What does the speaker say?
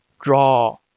draw